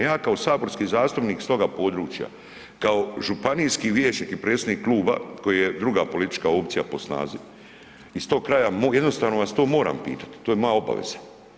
Ja kao saborski zastupnik s toga područja, kao županijski vijećnik i predsjednik kluba koji je druga politička opcija po snazi, iz tog kraja mog, jednostavno vas to moram pitat, to je moja obaveza.